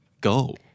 go